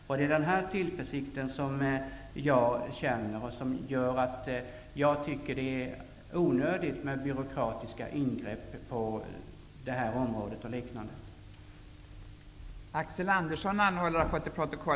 Jag känner tillförsikt därvidlag, och det gör att jag tycker att det är onödigt med byråkratiska ingrepp på det här området.